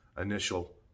initial